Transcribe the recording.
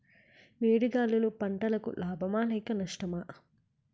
వేడి గాలులు పంటలకు లాభమా లేక నష్టమా?